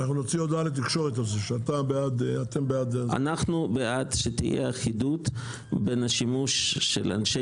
אנו בעד שתהיה אחידות בין השימוש של אנשי